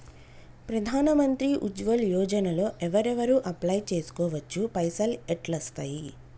ప్రధాన మంత్రి ఉజ్వల్ యోజన లో ఎవరెవరు అప్లయ్ చేస్కోవచ్చు? పైసల్ ఎట్లస్తయి?